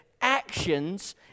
actions